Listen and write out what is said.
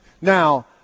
Now